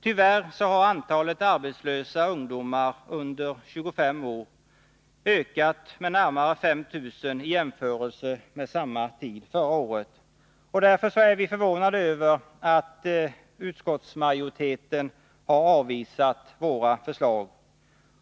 Tyvärr har antalet arbetslösa ungdomar under 25 år ökat med närmare 5 000 i jämförelse med samma tid förra året. Därför är vi förvånade över att utskottsmajoriteten har avvisat våra förslag.